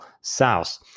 south